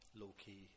low-key